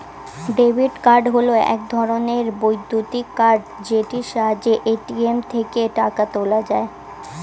debit card হল এক ধরণের বৈদ্যুতিক কার্ড যেটির সাহায্যে এ.টি.এম থেকে টাকা তোলা যায়